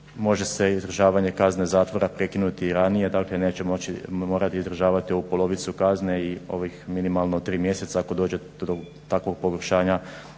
može se izdržavanje kazne zatvora prekinuti i ranije. Dakle, neće morati izdržavati ovu polovicu kazne i ovih minimalno 3 mjeseca ako dođe do takvog pogoršanja